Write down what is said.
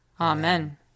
Amen